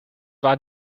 war